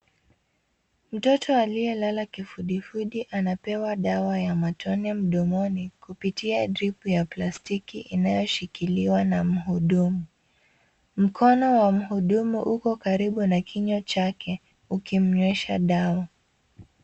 Mtoto aliyelala kifundifundi anapewa dawa ya matone mdomoni kupitia drip ya plastiki inayoshikiliwa na mhudumu. Mkono wa mhudumu upo karibu na kinywa chake ukimnywesha dawa.